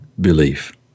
belief